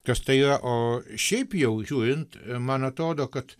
kas tai yra o šiaip jau žiūrint man atrodo kad